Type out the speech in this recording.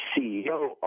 CEO